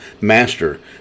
Master